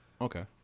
Okay